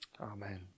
Amen